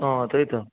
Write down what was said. अँ त्यही त